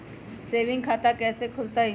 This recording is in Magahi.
सेविंग खाता कैसे खुलतई?